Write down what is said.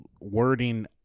wording